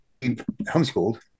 homeschooled